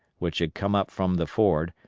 which had come up from the ford,